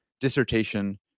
dissertation